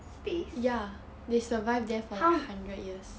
space how